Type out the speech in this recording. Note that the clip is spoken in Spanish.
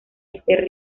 este